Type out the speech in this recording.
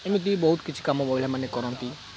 ଏମିତି ବହୁତ କିଛି କାମ ମହିଳାମାନେ କରନ୍ତି